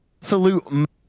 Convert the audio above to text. absolute